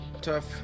tough